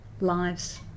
lives